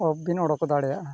ᱚᱵ ᱵᱤᱱ ᱩᱰᱩᱠ ᱫᱟᱲᱮᱭᱟᱜᱼᱟ